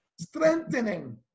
strengthening